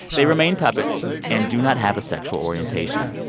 they remain puppets and do not have a sexual orientation.